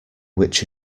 which